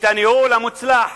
את הניהול המוצלח